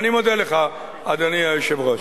אני מודה לך, אדוני היושב-ראש.